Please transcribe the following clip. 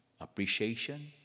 appreciation